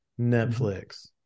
Netflix